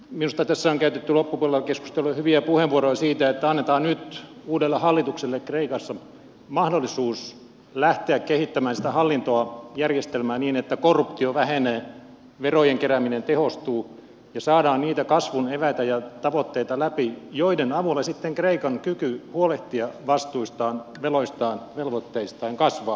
minusta tässä on käytetty loppupuolella keskustelua hyviä puheenvuoroja siitä että annetaan nyt uudelle hallitukselle kreikassa mahdollisuus lähteä kehittämään sitä hallintoa järjestelmää niin että korruptio vähenee verojen kerääminen tehostuu ja saadaan niitä kasvun eväitä ja tavoitteita läpi joiden avulla sitten kreikan kyky huolehtia vastuistaan veloistaan velvoitteistaan kasvaa